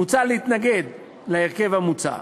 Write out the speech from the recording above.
מוצע להתנגד להרכב המוצע.